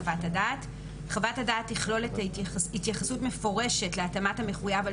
חוות הדעת); חוות הדעת תכלול התייחסות מפורשת להתאמת המחויב על